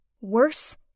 Worse